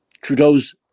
Trudeau's